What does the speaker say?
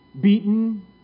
beaten